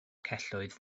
celloedd